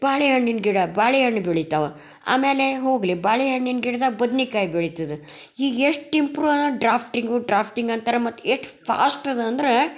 ಬಾಳೆಹಣ್ಣಿನ ಗಿಡ ಬಾಳೆಹಣ್ಣು ಬೆಳಿತಾವೆ ಆಮೇಲೆ ಹೋಗಲಿ ಬಾಳೆಹಣ್ಣಿನ ಗಿಡ್ದಾಗೆ ಬದ್ನೆಕಾಯಿ ಬೆಳಿತದೆ ಹೀಗೆ ಎಷ್ಟು ಇಂಪ್ರೂವ ಡ್ರಾಫ್ಟಿಂಗು ಡ್ರಾಫ್ಟಿಂಗ್ ಅಂತಾರೆ ಮತ್ತು ಎಷ್ಟು ಫಾಶ್ಟ್ ಅದ ಅಂದ್ರೆ